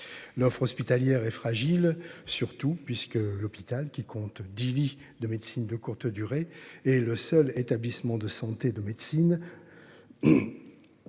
L'offre hospitalière et fragile surtout puisque l'hôpital qui compte 10 lits de médecine de courte durée et le seul établissement de santé de médecine.